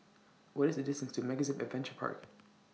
What IS The distance to MegaZip Adventure Park